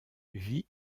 vit